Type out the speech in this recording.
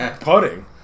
putting